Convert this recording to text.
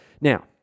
Now